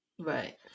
Right